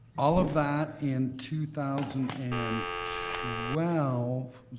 all of that in two thousand and twelve,